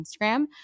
Instagram